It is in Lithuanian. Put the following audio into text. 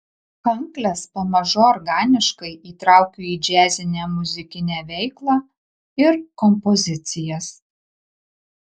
kankles pamažu organiškai įtraukiu į džiazinę muzikinę veiklą ir kompozicijas